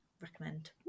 recommend